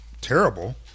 terrible